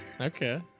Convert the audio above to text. Okay